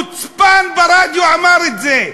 החוצפן אמר את זה ברדיו: